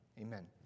Amen